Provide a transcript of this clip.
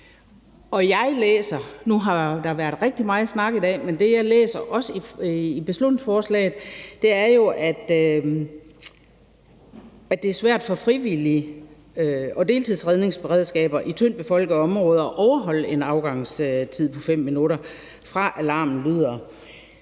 20 minutter, og nu har der været rigtig meget snak i dag, men det, jeg også læser i beslutningsforslaget, er jo, at det er svært for frivillige og deltidsredningsberedskaber i tyndtbefolkede områder at overholde en afgangstid på 5 minutter, fra alarmen lyder,